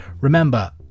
Remember